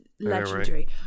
Legendary